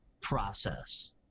process